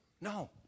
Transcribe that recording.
No